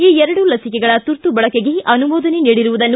ಈ ಎರಡೂ ಲಸಿಕೆಗಳ ತುರ್ತು ಬಳಕೆಗೆ ಅನುಮೋದನೆ ನೀಡಿರುವುದನ್ನು